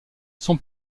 son